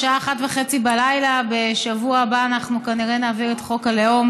השעה 01:30. בשבוע הבא כנראה נעביר את חוק הלאום,